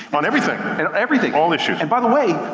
on everything, in everything. all issues. and by the way,